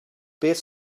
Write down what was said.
beth